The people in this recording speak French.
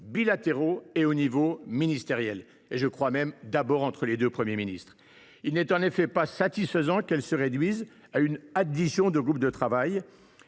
bilatéraux à l’échelon ministériel, voire entre les deux Premiers ministres. Il n’est en effet pas satisfaisant qu’elle se réduise à une addition de groupes de travail,